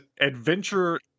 adventure